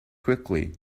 quickly